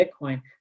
Bitcoin